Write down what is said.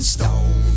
Stone